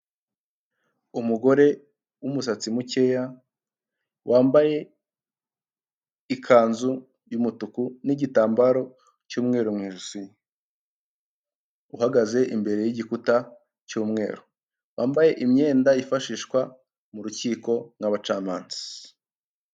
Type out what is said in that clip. Umugore w'umusatsi mukeya, wambaye ikanzu y'umutuku, n'igitambaro cy'umweru mu ijosi. Uhagaze imbere y'igikuta cy'umweru. Wambaye imyenda ifashishwa mu rukiko, nk'abacamanza.